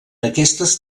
aquestes